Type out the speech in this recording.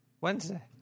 Wednesday